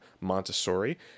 Montessori